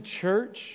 church